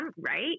right